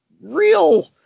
real